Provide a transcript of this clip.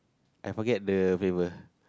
I forget the flavour